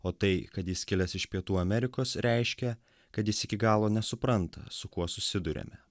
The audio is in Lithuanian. o tai kad jis kilęs iš pietų amerikos reiškia kad jis iki galo nesupranta su kuo susiduriame